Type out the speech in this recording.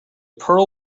pearl